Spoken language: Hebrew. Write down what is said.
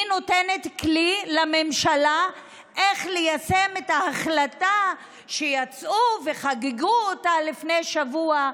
היא נותנת כלי לממשלה ליישם את ההחלטה שיצאו וחגגו אותה לפני שבוע,